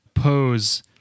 Pose